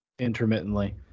intermittently